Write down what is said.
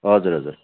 हजुर हजुर